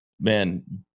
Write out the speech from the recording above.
man